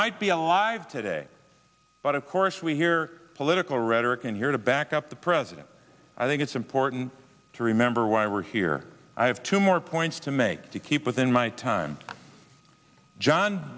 might be alive today but of course we hear political rhetoric and here to back up the president i think it's important to remember why we're here i have two more points to make to keep within my time john